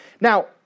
now